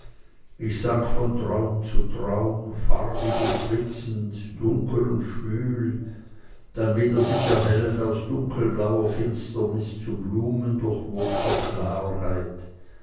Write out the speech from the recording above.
ich sank von traum zu traum farbig und blitzend dunkel und schwül dann wieder sich erhellend aus dunkelblauer finsternis zu blumendurchwogter klarheit